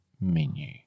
menu